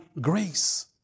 grace